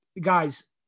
Guys